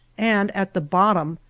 and at the bottom,